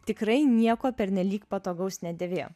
tikrai nieko pernelyg patogaus nedėvėjo